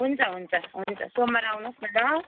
हुन्छ हुन्छ हुन्छ सोमवार आउनुहोस् न ल